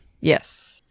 Yes